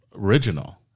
original